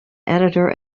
editor